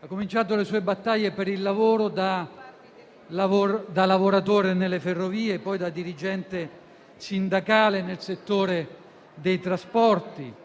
Ha cominciato le sue battaglie per il lavoro da lavoratore nelle ferrovie e poi da dirigente sindacale nel settore dei trasporti.